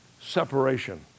separation